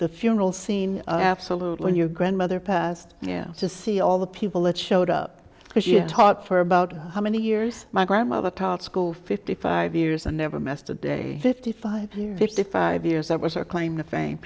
the funeral scene absolutely when your grandmother passed to see all the people that showed up she taught for about how many years my grandmother taught school fifty five years and never missed a day fifty five fifty five years that was her claim to fame